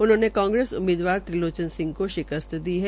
उन्होंने कांग्रसे उम्मीदवार त्रिलोचन सिंह को शिकस्त दी है